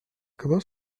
comment